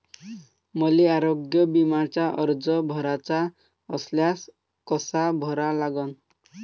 मले आरोग्य बिम्याचा अर्ज भराचा असल्यास कसा भरा लागन?